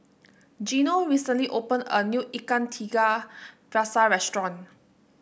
Gino recently opened a new Ikan Tiga Rasa restaurant